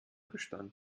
bestand